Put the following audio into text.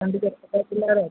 രണ്ട് ചെറുപ്പക്കാര് പിള്ളേരാണ്